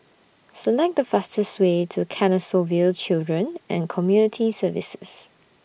Select The fastest Way to Canossaville Children and Community Services